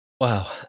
Wow